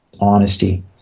honesty